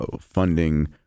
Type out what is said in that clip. funding